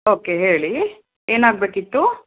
okay ಹೇಳಿ ಏನಾಗಬೇಕಿತ್ತು